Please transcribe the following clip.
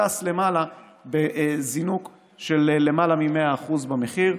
טס למעלה בזינוק של למעלה מ-100% במחיר,